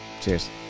Cheers